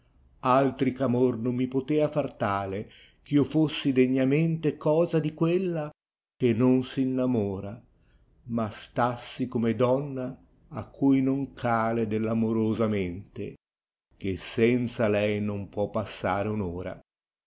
altri ch amor non mi potea far tale chmo fiossi degnamente cosa di quella che non s innamora ma stassi come donna a cui non cale della amorosa mente che senza lei non può passare